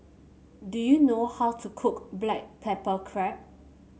do you know how to cook Black Pepper Crab